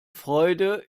freude